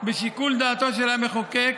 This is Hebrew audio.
בשיקול דעתו של המחוקק